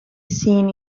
seen